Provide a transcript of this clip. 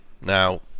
Now